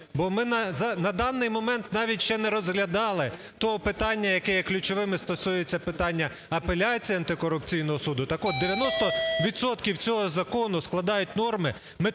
бо ми на даний момент навіть ще не розглядали того питання, яке є ключовим і стосується питання апеляції антикорупційного суду. Так от 90 відсотків цього закону складають норми, метою